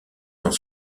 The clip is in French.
sont